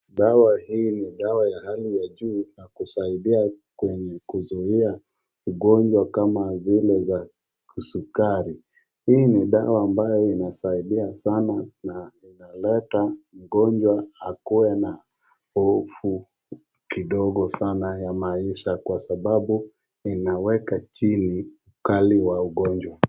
Dawa hii ni dawa ya hali ya juu na kusaidia kwenye kuzuia ugonjw kama zile za sukari. Hii ni dawa ambayo inasaidia sana na inaleta mgonjwa akuwe na hofu kidogo sana ya maisha kwa sababu inaweka chini ukali wa ugonjwa.